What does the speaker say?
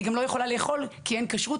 היא גם לא יכולה לאכול כי אין כשרות,